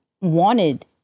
wanted